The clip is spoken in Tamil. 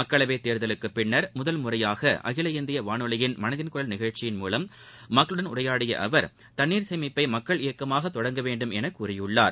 மக்களவை தேர்தலுக்கு பின் முதல்முறையாக அகில இந்திய வானொலியில் மனதின் குரல் நிகழச்சியின் மூலம் மக்களுடன் உரையாடிய அவர் தண்ணீர் சேமிப்பை மக்கள் இயக்கமாக தொடங்க வேண்டும் என கூறியுள்ளார்